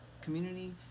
community